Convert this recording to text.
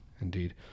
indeed